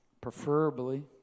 preferably